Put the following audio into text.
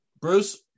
Bruce